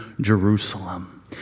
Jerusalem